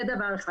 זה דבר אחד.